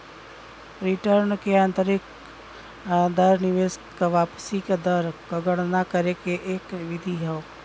return क आंतरिक दर निवेश क वापसी क दर क गणना करे के एक विधि हौ